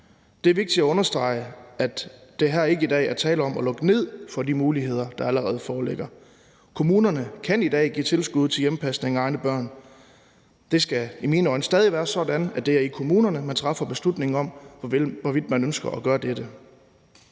Det er vigtigt at understrege, at der her i dag ikke er tale om at lukke ned for de muligheder, der allerede foreligger. Kommunerne kan i dag give tilskud til hjemmepasning af egne børn. Det skal i mine øjne stadig væk være sådan, at det er i kommunerne, man træffer beslutningen om, hvorvidt man ønsker at gøre dette.